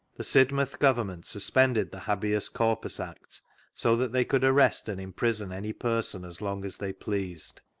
the sidmouth government suspended the habeas corpus act so that they could arrest and imprison any person as long as they pleased.